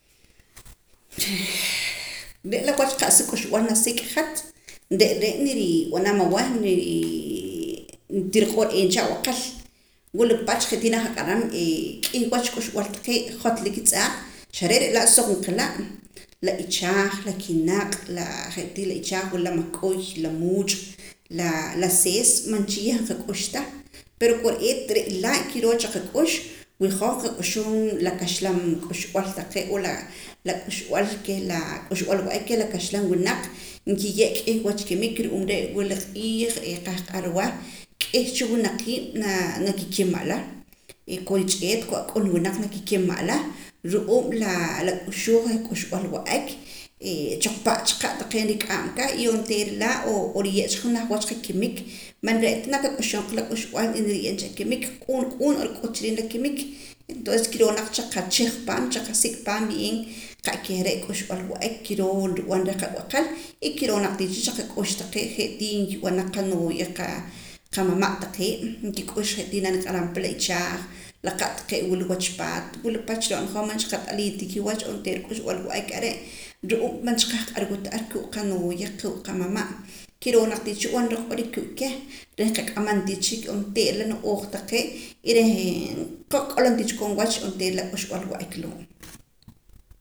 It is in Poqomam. Re' la wacha qa'sa k'uxb'al nasik' hat re' re' nirib'anam awah tiriq'o'eem cha ab'aqel wula pach je' tii naqaq'aram ke k'ih wach k'uxb'al taqee' jotla kitz'aaq xare' re' laa' suq nqila' la ichaaj la kinaq' je' tii la ichaj wula la mahk'uy je' tii la muuch' la sees man cha yah nqak'ux ta pero kore'eet re' laa kiroo cha qak'ux wi hoj nqak'uxum la kaxlam k'uxb'al taqee' o la k'uxb'al wa'ak keh la kaxlam winaq nkiye' kih kimik ru'uum re' wila q'iij qahq'arwa k'ih cha winaqiib' nakikima ala ko rich'eet ko ak'un winaq winaq nakikima ala ru'uum la k'uxuuuj k'uxb'al wa'ak choqpa' cha qa' taqe' nrik'am aka y onteera laa' n'oriye' cha k'ih wach kimik man re' ta naak ak'uxuma qa la k'uxb'al y niri ye'em cha akimik q'uun q'uun n'o rik'ut cha riib' la kimik y entonces kiroo naq chi qa chij paam chi qqasik' paam bien la qa'keh re' k'uxb'al wa'ak kiroo nrib'an reh qab'aqel y kiroo naq tii cha chi qak'ux taqee' je' tii nkib'an qanooya qamama' taqee' nkik'ux je' tii la naniq'aram pa la ichaaj la qa' taqee' wula wach paat wula pach hoj ro'na man cha qat'aliim ta onteera j'uxb'al wa'ak are' ru'uum man cha ar qah q'arwa ta kuu qanooya kuu' qamama' kiroo naq tiii chanb'anara q'orik kuu' keh reh nqak'amam tii cha onteera la no'ooj taqee' y reh nqak'olom ti cha koon wach onteera la k'uxb'al wa'ak loo'